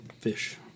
fish